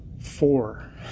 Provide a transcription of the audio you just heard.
Four